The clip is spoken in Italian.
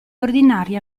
ordinaria